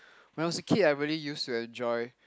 when I was a kid I really used to enjoy